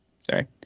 sorry